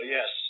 Yes